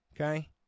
okay